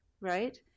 right